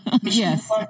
Yes